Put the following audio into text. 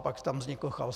Pak tam vznikl chaos.